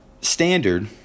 standard